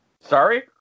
Sorry